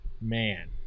man